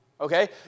okay